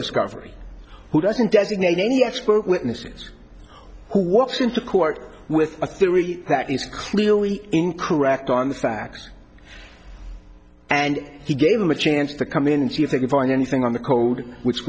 discovery who doesn't designate any expert witnesses who walks into court with a theory that is clearly incorrect on the facts and he gave them a chance to come in and see if they can find anything on the code which